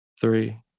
Three